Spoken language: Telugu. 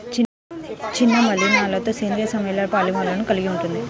చిన్న మలినాలతోసేంద్రీయ సమ్మేళనంపాలిమర్లను కలిగి ఉంటుంది